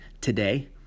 today